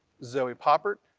zoe poppert,